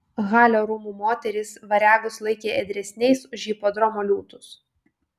halio rūmų moterys variagus laikė ėdresniais už hipodromo liūtus